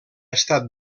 estat